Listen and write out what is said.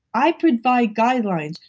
i provide guidelines.